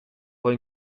poi